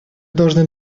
должны